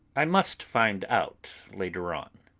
i must find out later on.